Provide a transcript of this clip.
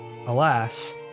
Alas